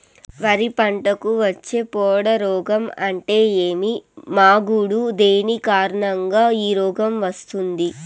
వరి పంటకు వచ్చే పొడ రోగం అంటే ఏమి? మాగుడు దేని కారణంగా ఈ రోగం వస్తుంది?